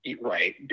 Right